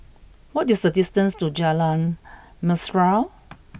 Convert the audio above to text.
what is the distance to Jalan Mesra